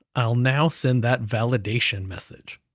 i'll now send that validation message,